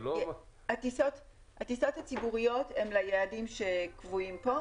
הטיסות הציבוריות הן ליעדים שקבועים פה.